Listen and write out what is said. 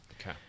Okay